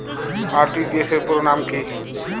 RTGS র পুরো নাম কি?